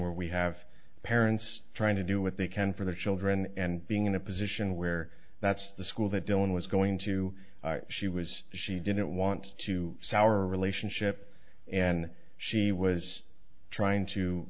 where we have parents trying to do what they can for their children and being in a position where that's the school that dylan was going to she was she didn't want to sour relationship and she was trying to